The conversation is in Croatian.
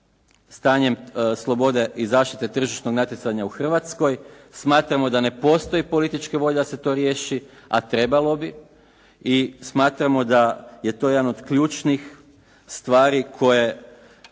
stanjem slobode i zaštite tržišnog natjecanja u Hrvatskoj. Smatramo da ne postoji politička volja da se to riješi, a trebalo bi i smatramo da je to jedan od ključnih stvari koje